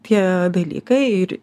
tie dalykai ir